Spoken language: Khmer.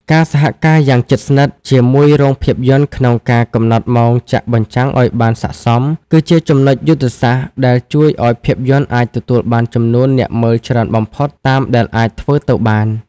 ការសហការយ៉ាងជិតស្និទ្ធជាមួយរោងភាពយន្តក្នុងការកំណត់ម៉ោងចាក់បញ្ចាំងឱ្យបានស័ក្តិសម គឺជាចំណុចយុទ្ធសាស្ត្រដែលជួយឱ្យភាពយន្តអាចទទួលបានចំនួនអ្នកមើលច្រើនបំផុតតាមដែលអាចធ្វើទៅបាន។